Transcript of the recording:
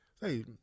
Hey